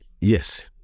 yes